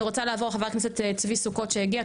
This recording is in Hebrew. אני רוצה לעבור לחבר הכנסת צבי סוכות שהגיע,